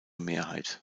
mehrheit